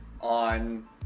on